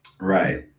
Right